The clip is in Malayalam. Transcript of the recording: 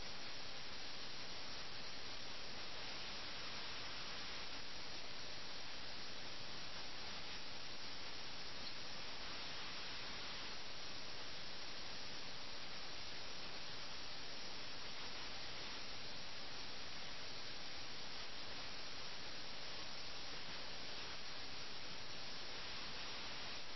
ഒരു കൂട്ടം ആശയങ്ങൾ ഉപയോഗിച്ച് ഈ വിഡ്ഢിയെ നൃത്തം ചെയ്യിക്കാൻ തനിക്ക് കഴിയുമെന്ന് അദ്ദേഹത്തിന് ആത്മവിശ്വാസമുണ്ട് അവരുടെ എല്ലാ ബുദ്ധിയും ധൈര്യവും ചോർന്നുപോയി ചെസ്സിനോടുള്ള ആസക്തിയോ അഭിനിവേശമോ മൂലം ഉന്മൂലനം ചെയ്യപ്പെട്ടുവെന്നും അദ്ദേഹത്തിനറിയാം